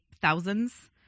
thousands